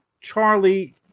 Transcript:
Charlie